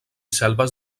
selves